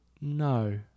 No